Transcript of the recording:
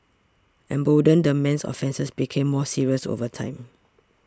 emboldened the man's offences became more serious over time